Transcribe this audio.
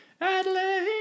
Adelaide